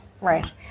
Right